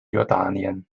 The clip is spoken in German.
jordanien